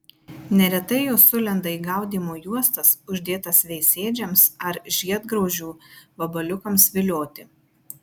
neretai jos sulenda į gaudymo juostas uždėtas vaisėdžiams ar žiedgraužių vabaliukams vilioti